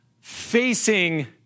facing